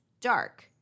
dark